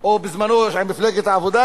או בזמנה עם מפלגת העבודה?